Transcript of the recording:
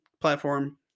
platform